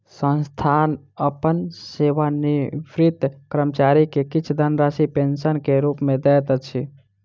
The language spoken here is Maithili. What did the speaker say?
संस्थान अपन सेवानिवृत कर्मचारी के किछ धनराशि पेंशन के रूप में दैत अछि